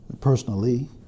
personally